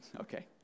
okay